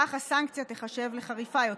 כך הסנקציה תיחשב לחריפה יותר,